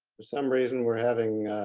for some reason, we're having